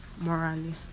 morally